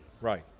Right